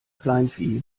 kleinvieh